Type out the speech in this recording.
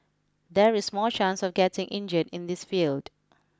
there is more chance of getting injured in this field